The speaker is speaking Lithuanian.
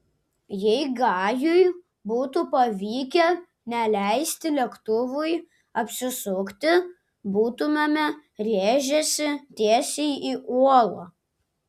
jei gajui būtų pavykę neleisti lėktuvui apsisukti būtumėme rėžęsi tiesiai į uolą